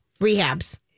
rehabs